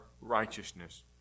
righteousness